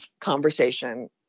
conversation